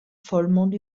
vollmond